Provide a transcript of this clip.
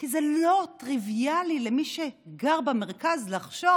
כי זה לא טריוויאלי למי שגר במרכז, לחשוב